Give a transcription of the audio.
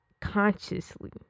consciously